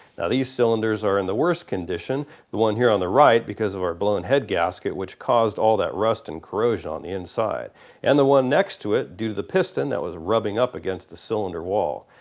now these cylinders are in the worst condiiton the one here on the right because of our blown head gasket which caused all that rust and corrosion on the inside and the one next to it due to the piston that was rubbing up against the cylinder wall.